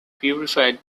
purified